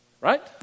Right